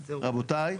רבותיי,